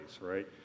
right